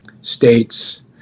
states